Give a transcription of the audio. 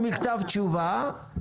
את היבואנים הקטנים לתוך הרשימה הזו